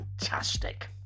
fantastic